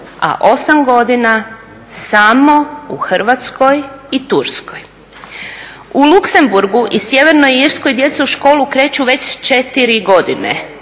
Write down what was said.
a 8 godina samo u Hrvatskoj i Turskoj. U Luxembourgu i Sjevernoj Irskoj djeca u školu kreću već sa 4 godine,